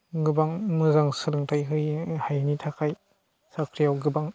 गोबां मोजां सोलोंथाइ होनो हायिनि थाखाय साख्रियाव गोबां